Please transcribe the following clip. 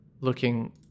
looking